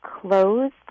closed